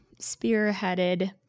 spearheaded